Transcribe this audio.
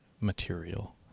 material